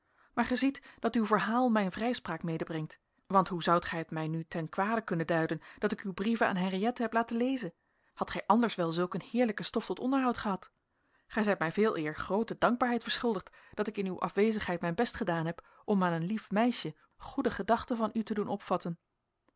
maar gij ziet dat uw verhaal mijn vrijspraak medebrengt want hoe zoudt gij het mij nu ten kwade kunnen duiden dat ik uw brieven aan henriëtte heb laten lezen hadt gij anders wel zulk een heerlijke stof tot onderhoud gehad gij zijt mij veeleer groote dankbaarheid verschuldigd dat ik in uw afwezigheid mijn best gedaan heb om aan een lief meisje goede gedachten van u te doen opvatten